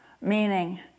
meaning